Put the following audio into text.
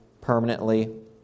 permanently